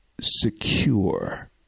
secure